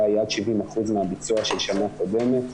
היה עד 70% מהביצוע של שנה קודמת.